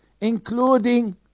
Including